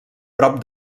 prop